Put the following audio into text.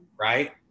Right